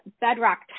bedrock